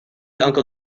uncle